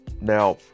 now